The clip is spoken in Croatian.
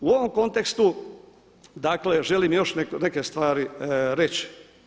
U ovom kontekstu dakle želim još neke stvari reći.